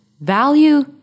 value